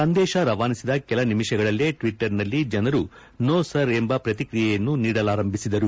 ಸಂದೇಶ ರವಾನಿಸಿದ ಕೆಲ ನಿಮಿಷಗಳಲ್ಲೇ ಟ್ವಿಟ್ಸರ್ನಲ್ಲಿ ಜನರು ನೋ ಸರ್ ಎಂಬ ಪ್ರತಿಕ್ರಿಯೆಯನ್ನು ನೀಡಲಾರಂಭಿಸಿದರು